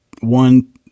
one